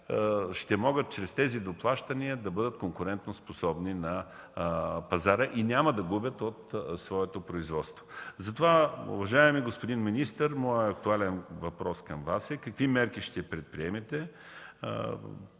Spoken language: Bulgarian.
ще могат чрез тези доплащания да бъдат конкурентоспособни на пазара и няма да губят от своето производство? Затова, уважаеми господин министър, моят актуален въпрос към Вас е: какви мерки ще предприемете